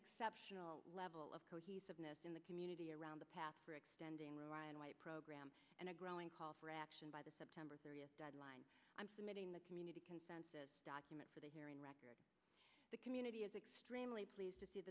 exceptional level of cohesiveness in the community around the path for extending ryan white program and a growing call for action by the september thirtieth deadline i'm submitting the community consensus document for the hearing record the community is extremely pleased to see